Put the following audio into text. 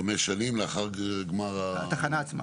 חמש שנים לאחר גמר התחנה.